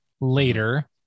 later